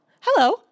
hello